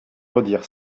redire